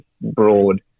broad